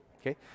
Okay